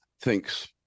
thinks